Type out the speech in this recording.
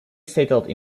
settled